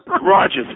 Rogers